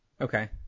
Okay